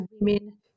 women